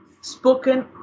spoken